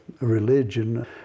religion